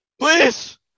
please